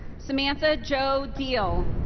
samantha jo diehl.